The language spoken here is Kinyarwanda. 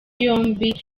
yombi